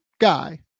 guy